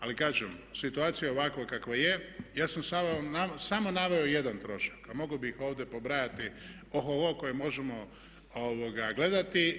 Ali kažem situacija je ovakva kakva je, ja sam samo naveo jedan trošak, a mogao bi ih ovdje pobrajati o-ho-ho koje možemo gledati.